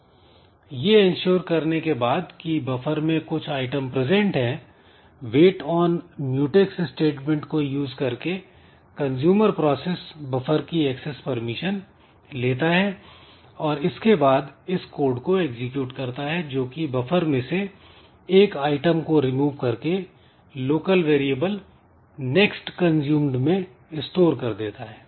यह एन्श्योर करने के बाद कि बफर में कुछ आइटम प्रजेंट है वेट ऑन म्यूटेक्स स्टेटमेंट को यूज करके कंजूमर प्रोसेस बफर की एक्सेस परमिशन लेता है और इसके बाद इस कोड को एग्जीक्यूट करता है जोकि बफर में से एक आइटम को रिमूव करके लोकल वेरिएबल next consumed मैं स्टोर कर देता है